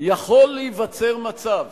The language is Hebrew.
יכול להיווצר מצב